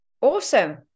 Awesome